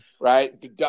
right